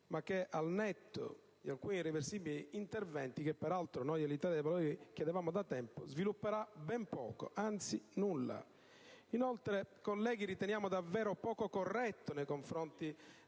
ma che - al netto di alcuni risibili interventi, che peraltro noi di Italia dei Valori chiedevamo da tempo - svilupperà ben poco, anzi nulla. Inoltre, colleghi, riteniamo davvero poco corretto nei confronti